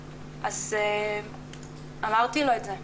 אז אמרתי לו את זה,